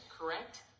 Correct